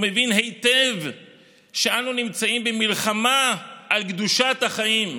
המבין היטב שאנו נמצאים במלחמה על קדושת החיים.